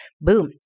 boom